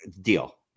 Deal